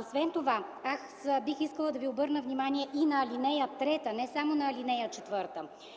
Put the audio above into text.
Освен това аз бих искал да ви обърна внимание не само на ал. 4,